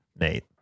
Nate